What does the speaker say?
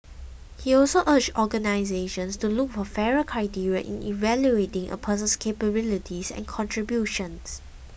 he also urged organisations to look for fairer criteria in evaluating a person's capabilities and contributions